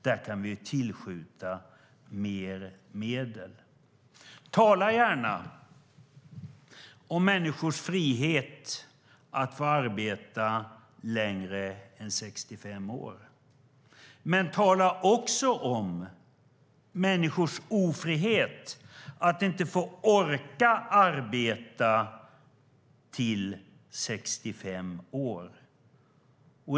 Där kan vi tillskjuta mer medel. Tala gärna om människors frihet att få arbeta längre än tills de är 65 år, men tala också om människors ofrihet att inte få orka arbeta tills de är 65 år!